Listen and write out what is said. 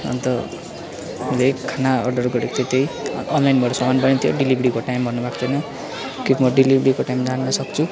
अन्त हरेक खाना अर्डर गरेको थिएँ त्यही अनलाइनबाट सामान पनि थियो डेलिभेरीको टाइम भन्नु भएको थिएन के म डेलिभेरीको टाइम जान्न सक्छु